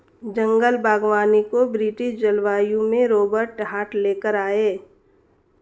जंगल बागवानी को ब्रिटिश जलवायु में रोबर्ट हार्ट ले कर आये